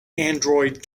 android